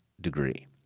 degree